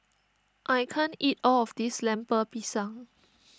I can't eat all of this Lemper Pisang